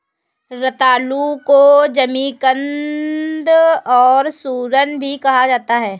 रतालू को जमीकंद और सूरन भी कहा जाता है